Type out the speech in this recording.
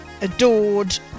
adored